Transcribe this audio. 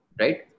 Right